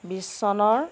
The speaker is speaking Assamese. বিছ চনৰ